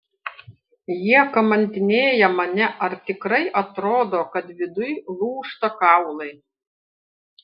jie kamantinėja mane ar tikrai atrodo kad viduj lūžta kaulai